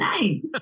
name